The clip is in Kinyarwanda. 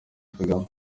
kagame